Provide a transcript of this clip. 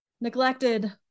neglected